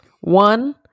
one